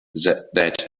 that